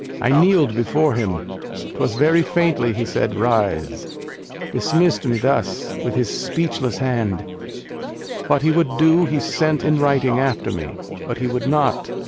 i kneel'd before him twas very faintly he said rise dismissed me thus, with his speechless hand what he would do, he sent in writing after me what he would not,